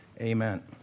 Amen